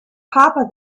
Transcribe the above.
papa